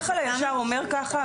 השכל הישר אומר ככה,